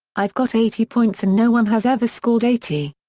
i've got eighty points and no one has ever scored eighty.